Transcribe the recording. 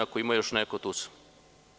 Ako ima još neko, tu sam.